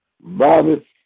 Bobby